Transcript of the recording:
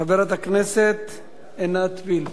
חברת הכנסת עינת וילף.